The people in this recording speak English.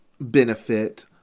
benefit